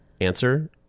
answer